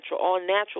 All-natural